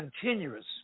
continuous